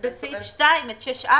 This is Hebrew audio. בסעיף 2 את 6א